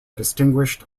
distinguished